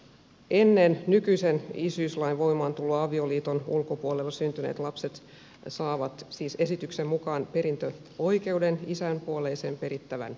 ennen nykyisen isyyslain voimaantuloa avioliiton ulkopuolella syntyneet lapset saavat siis esityksen mukaan perintöoikeuden isän puoleisen perittävän jälkeen